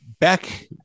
back